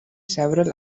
several